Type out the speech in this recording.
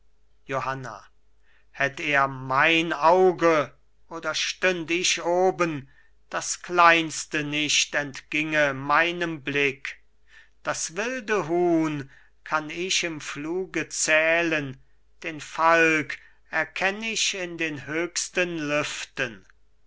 johanna hätt er mein auge oder stünd ich oben das kleinste nicht entginge meinem blick das wilde huhn kann ich im fluge zählen den falk erkenn ich in den höchsten lüften